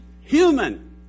human